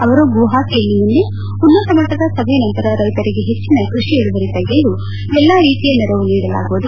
ಅವರು ಗುವಾಹಟಿಯಲ್ಲಿ ನಿನ್ನೆ ಉನ್ನತಮಟ್ಟದ ಸಭೆಯ ನಂತರ ರೈತರಿಗೆ ಹೆಚ್ಚಿನ ಕ್ಪಷಿ ಇಳುವರಿ ತೆಗೆಯಲು ಎಲ್ಲಾ ರೀತಿಯ ನೆರವು ನೀಡಲಾಗುವುದು